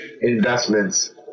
investments